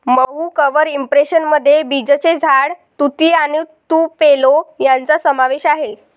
मऊ cover impression मध्ये बीचचे झाड, तुती आणि तुपेलो यांचा समावेश आहे